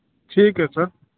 ठीक है सर